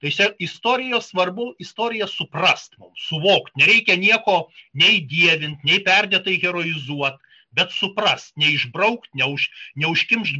tai čia istorijos svarbu istoriją suprast mums suvokt nereikia nieko nei gėdint nei perdėtai heroizuot bet suprast neišbraukt ne už neužkimšt